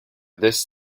this